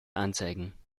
anzeigen